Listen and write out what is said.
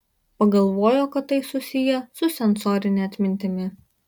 pagalvojo kad tai susiję su sensorine atmintimi